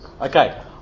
Okay